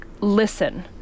listen